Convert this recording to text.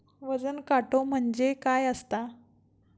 वजन काटो म्हणजे काय असता?